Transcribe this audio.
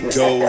go